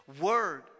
word